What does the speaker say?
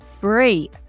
free